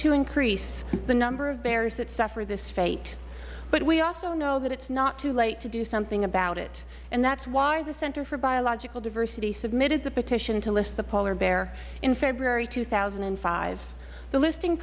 to increase the number of bears that suffer this fate but we also know that it is not too late to do something about it and that is why the center for biological diversity submitted the petition to list the polar bear in february two thousand and five the listing